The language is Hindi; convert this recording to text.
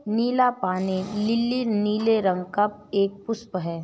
नीला पानी लीली नीले रंग का एक पुष्प है